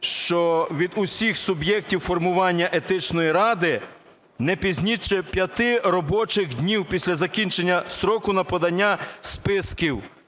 що від усіх суб'єктів формування Етичної ради не пізніше 5 робочих днів після закінчення строку на подання списків.